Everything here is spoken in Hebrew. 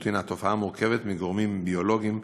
היא תופעה מורכבת מגורמים ביולוגיים,